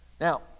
Now